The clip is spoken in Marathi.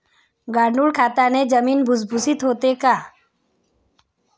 गांडूळ खताने जमीन भुसभुशीत होते का?